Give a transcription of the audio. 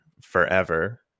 forever